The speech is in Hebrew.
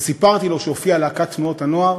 וסיפרתי לו שהופיעה להקת תנועות הנוער,